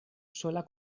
sola